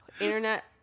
Internet